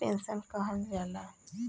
pension कहल जाला